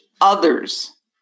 others